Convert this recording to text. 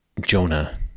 Jonah